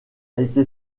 été